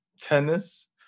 tennis